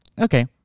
okay